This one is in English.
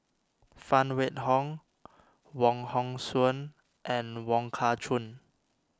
Phan Wait Hong Wong Hong Suen and Wong Kah Chun